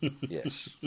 Yes